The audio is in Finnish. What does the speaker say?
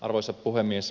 arvoisa puhemies